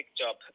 job